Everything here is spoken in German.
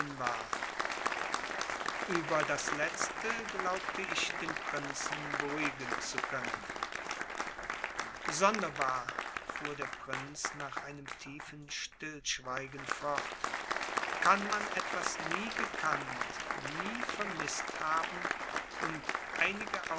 über das letzte glaubte ich den prinzen beruhigen zu können sonderbar fuhr der prinz nach einem tiefen stillschweigen fort kann man etwas nie gekannt nie vermißt haben und einige